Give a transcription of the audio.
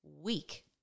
week